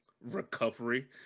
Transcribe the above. recovery